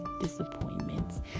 Disappointments